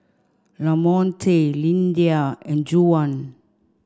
Lamonte Lyndia and Juwan